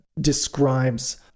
describes